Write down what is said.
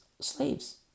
slaves